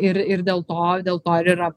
ir ir dėl to dėl to ir yra